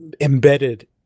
embedded